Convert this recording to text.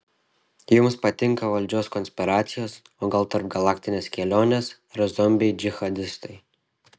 jums patinka valdžios konspiracijos o gal tarpgalaktinės kelionės ar zombiai džihadistai